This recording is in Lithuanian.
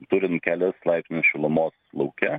turint kelius laipsnius šilumos lauke